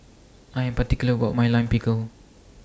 I Am particular about My Lime Pickle